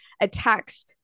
attacks